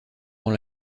dans